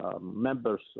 members